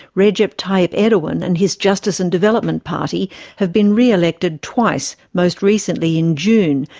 recep tayyip erdogan and his justice and development party have been re-elected twice, most recently in june,